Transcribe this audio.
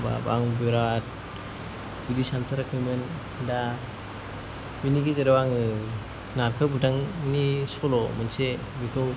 बा आं बिरात बिदि सानथाराखैमोन दा बिनि गेजेराव आङो नारखो बुदांनि सल' मोनसे बिखौ